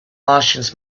martians